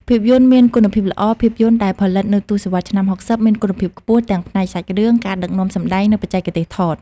ភាពយន្តមានគុណភាពល្អ ភាពយន្តដែលផលិតនៅទសវត្សរ៍ឆ្នាំ៦០ មានគុណភាពខ្ពស់ទាំងផ្នែកសាច់រឿង ការដឹកនាំសម្ដែង និងបច្ចេកទេសថត។